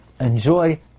enjoy